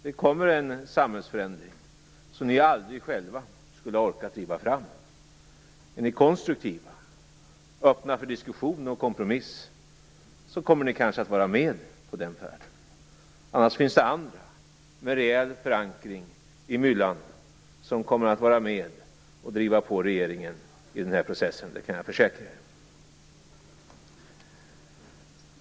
Det kommer en samhällsförändring som ni aldrig själva skulle ha orkat driva fram. Är ni konstruktiva, öppna för diskussioner och kompromiss kommer ni kanske att vara med på den färden. Annars finns det andra med rejäl förankring i myllan som kommer att vara med och driva på regeringen i den här processen. Det kan jag försäkra er.